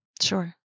Sure